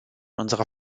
unserer